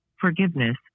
Forgiveness